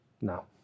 No